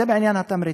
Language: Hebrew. זה עניין התמריצים.